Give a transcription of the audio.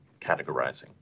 categorizing